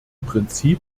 prinzip